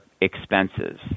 expenses